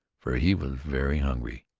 for he was very hungry.